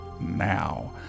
now